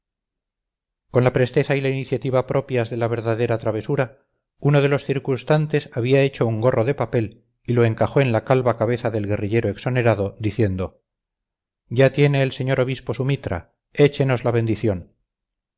con la presteza y la iniciativa propias de la verdadera travesura uno de los circunstantes había hecho un gorro de papel y lo encajó en la calva cabeza del guerrillero exonerado diciendo ya tiene el señor obispo su mitra échenos la bendición